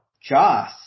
Joss